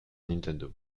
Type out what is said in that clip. nintendo